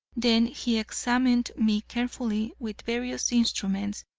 then he examined me carefully, with various instruments,